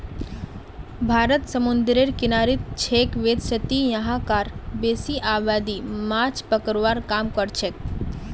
भारत समूंदरेर किनारित छेक वैदसती यहां कार बेसी आबादी माछ पकड़वार काम करछेक